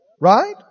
Right